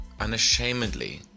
unashamedly